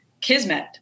kismet